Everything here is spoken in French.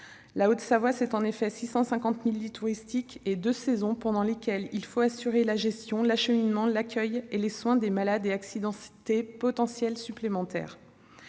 La Haute-Savoie, ce sont en effet 650 000 lits touristiques et deux saisons pendant lesquelles il faut assurer la gestion, l'acheminement, l'accueil et les soins de malades et d'accidentés supplémentaires.